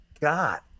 God